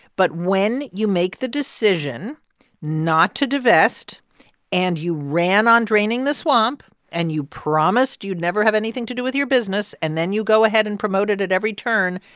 but when you make the decision not to divest and you ran on draining the swamp and you promised you'd never have anything to do with your business and then you go ahead and promote it at every turn,